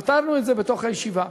פתרנו את זה בתוך הישיבה.